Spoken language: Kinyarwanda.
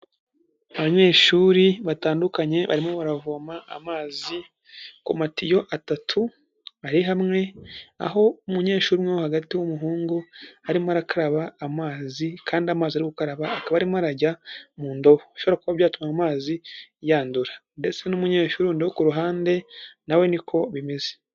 Abanyeshuri batandukanye barimo baravoma amazi ku matiyo atatu ari hamwe, aho umunyeshuri umwe wo hagati w'umuhungu, arimo arakaraba amazi kandi amazi arimo arakaba arimo arajya mu ndobo, bishobora kuba byatuma amazi yandura ndetse n'umunyeshurirundi wo ku ruhande nawe, ni ko bimeze.